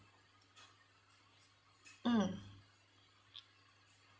mm